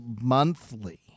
monthly